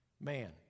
man